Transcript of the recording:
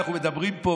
אנחנו מדברים פה,